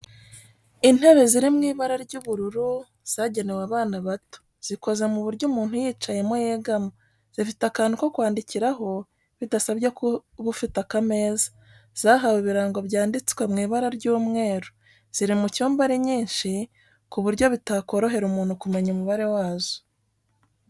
Intebe ziri mu ibara ry'ubururu zagenewe abana bato zikoze mu buryo umuntu uyicayemo yegama, zifite akantu ko kwandikiraho bidasabye ko uba ufite akameza, zahawe ibirango byanditswe mu ibara ry'umweru, ziri mu cyumba ari nyinshi ku buryo bitakorohera umuntu kumenya umubare wazo.